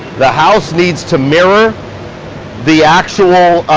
the house needs to mirror the actual